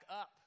up